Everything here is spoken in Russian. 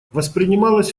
воспринималось